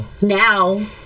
Now